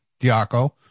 Diaco